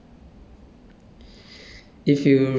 then if you like you can stay longer